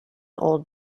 old